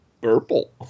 purple